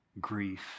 grief